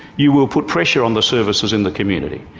you will put pressure on the services in the community.